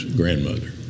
grandmother